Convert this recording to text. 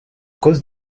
cause